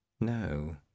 No